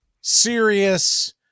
serious